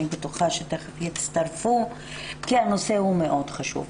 אני בטוחה שתיכף יצטרפו כי הנושא הוא מאוד חשוב.